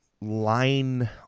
line